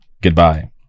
Goodbye